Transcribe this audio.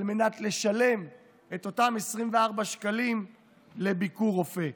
על מנת לשלם את אותם 24 שקלים על ביקור רופא?